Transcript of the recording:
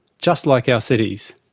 just like our cities.